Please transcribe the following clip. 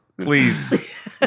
Please